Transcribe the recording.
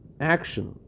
action